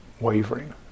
wavering